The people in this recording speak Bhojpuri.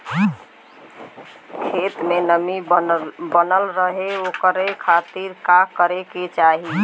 खेत में नमी बनल रहे ओकरे खाती का करे के चाही?